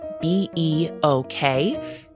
B-E-O-K